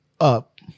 up